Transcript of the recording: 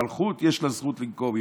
מלכות, יש לה זכות לנקום.